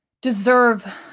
deserve